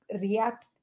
react